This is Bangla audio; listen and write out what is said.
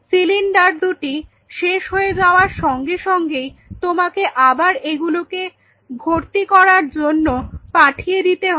সিলিন্ডার দুটি শেষ হয়ে যাওয়ার সঙ্গে সঙ্গেই তোমাকে আবার এগুলিকে ভর্তি করার জন্য পাঠিয়ে দিতে হবে